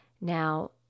Now